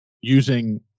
using